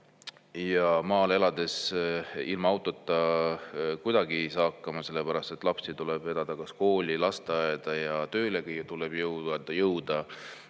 ema. Maal elades ilma autota kuidagi ei saa hakkama, sellepärast et lapsi tuleb vedada kas kooli või lasteaeda ja töölegi tuleb jõuda.